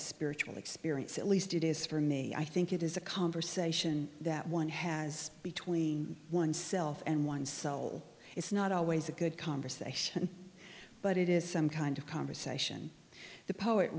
a spiritual experience at least it is for me i think it is a conversation that one has between oneself and one's soul it's not always a good conversation but it is some kind of conversation the poet